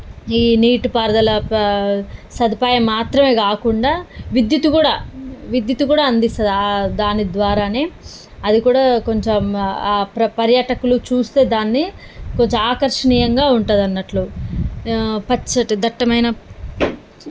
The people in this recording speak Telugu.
ఈ నీటిపారుదల సదుపాయం మాత్రమే కాకుండా విద్యుత్తు కూడా విద్యుత్తు కూడా అందిస్తుంది దాని ద్వారానే అది కూడా కొంచెం పర్యటకులు చూస్తే దాన్ని కొంచెం ఆకర్షణీయంగా ఉంటుంది అన్నట్లు పచ్చటి దట్టమైన